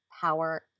power